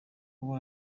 kuba